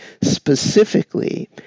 Specifically